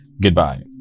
Goodbye